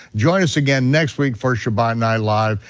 join us again next week for shabbat night live,